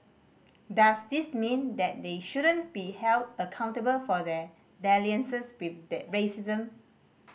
does this mean that they shouldn't be held accountable for their dalliances with the racism